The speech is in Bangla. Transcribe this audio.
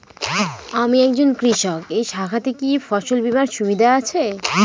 আমি একজন কৃষক এই শাখাতে কি ফসল বীমার সুবিধা আছে?